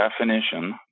definition